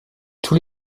tous